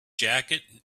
jacket